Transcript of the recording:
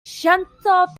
sancho